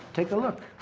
take a look.